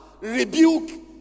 rebuke